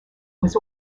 was